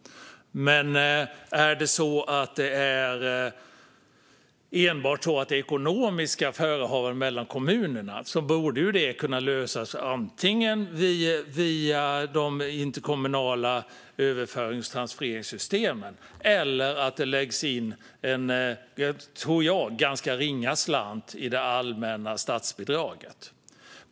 Men är det enbart så att det gäller ekonomiska förehavanden mellan kommunerna borde det kunna lösas antingen via de interkommunala överförings och transfereringssystemen - eller genom att det läggs in en, tror jag, ganska ringa slant i det allmänna statsbidraget.